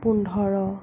পোন্ধৰ